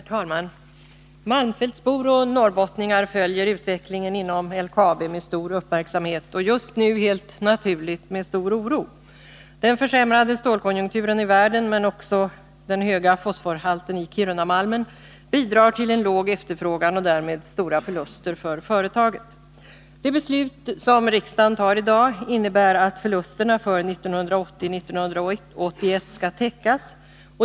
Herr talman! Malmfältsbor och norrbottningar följer utvecklingen inom LKAB med stor uppmärksamhet och just nu helt naturligt med stor oro. Den försämrade stålkonjunkturen i världen men också den höga fosforhalten i Kirunamalmen bidrar till en låg efterfrågan och därmed stora förluster för företaget. Det beslut som riksdagen fattar i dag innebär att förlusterna för 1980 och 1981 skall täckas.